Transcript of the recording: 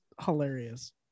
hilarious